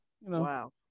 Wow